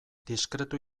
diskretu